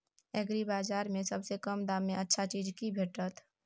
एग्रीबाजार में सबसे कम दाम में अच्छा चीज की भेटत?